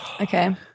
Okay